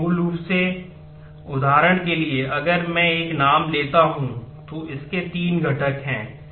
इसलिए मूल रूप से चपटा उदाहरण के लिए अगर मैं एक नाम लेता हूं तो इसके 3 घटक हैं